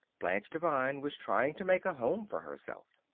blanche devine was trying to make a home for herself.